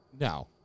No